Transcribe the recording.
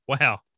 Wow